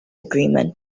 agreement